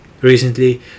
Recently